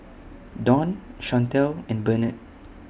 Don Shantell and Burnett